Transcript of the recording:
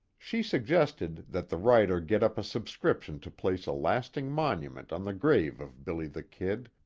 she suggested that the writer get up a subscription to place a lasting monument on the grave of billy the kid,